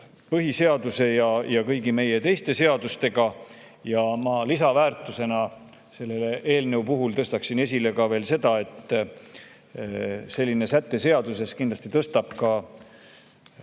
põhiseaduse ja kõigi meie teiste seadustega. Ma lisaväärtusena selle eelnõu puhul tõstaksin esile ka veel seda, et selline säte seaduses kindlasti tõstab